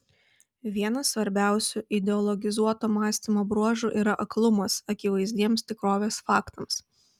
vienas svarbiausių ideologizuoto mąstymo bruožų yra aklumas akivaizdiems tikrovės faktams